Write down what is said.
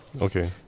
Okay